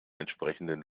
entsprechenden